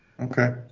Okay